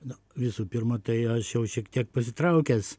na visų pirma tai aš jau šiek tiek pasitraukęs